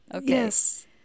Yes